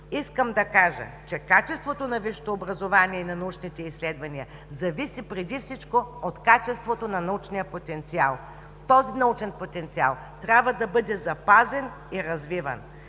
искам да кажа, че качеството на висшето образование и на научните изследвания зависи преди всичко от качеството на научния потенциал. Този научен потенциал трябва да бъде запазен и развиван,